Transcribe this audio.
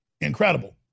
incredible